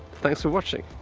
thanks for watching!